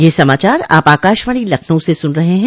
ब्रे क यह समाचार आप आकाशवाणी लखनऊ से सून रहे हैं